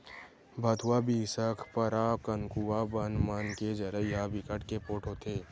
भथुवा, बिसखपरा, कनकुआ बन मन के जरई ह बिकट के पोठ होथे